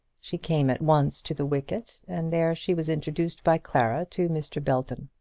she came at once to the wicket, and there she was introduced by clara to mr. belton.